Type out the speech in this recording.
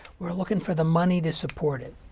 we're looking for the money to support it.